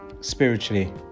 spiritually